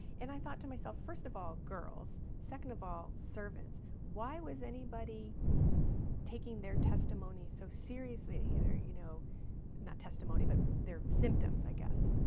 and i thought to myself, first of all girls, second of all, servants. why was anybody taking their testimony so seriously, either, you know not testimony, but their symptoms, i guess?